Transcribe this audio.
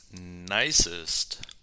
Nicest